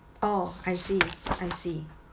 oh I see I see